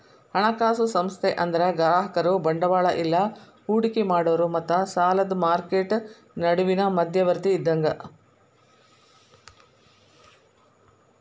ಹಣಕಾಸು ಸಂಸ್ಥೆ ಅಂದ್ರ ಗ್ರಾಹಕರು ಬಂಡವಾಳ ಇಲ್ಲಾ ಹೂಡಿಕಿ ಮಾಡೋರ್ ಮತ್ತ ಸಾಲದ್ ಮಾರ್ಕೆಟ್ ನಡುವಿನ್ ಮಧ್ಯವರ್ತಿ ಇದ್ದಂಗ